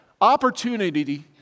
opportunity